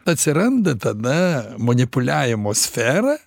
atsiranda tada manipuliavimo sfera